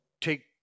take